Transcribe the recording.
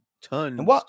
Tons